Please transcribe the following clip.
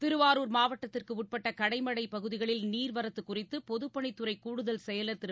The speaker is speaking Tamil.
திருவாரூர் மாவட்டத்திற்குட்பட்ட கடைமடைப் பகுதிகளில் நீர்வரத்து குறித்து பொதுப்பணித் துறை கூடுதல் செயலர் திரு